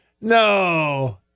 No